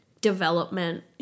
development